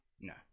No